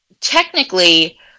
technically